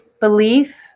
Belief